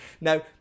Now